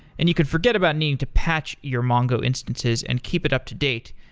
and you could forget about needing to patch your mongo instances and keep it up-to-date,